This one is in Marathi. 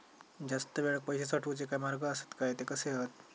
जास्त वेळाक पैशे साठवूचे काय मार्ग आसत काय ते कसे हत?